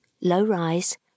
Low-rise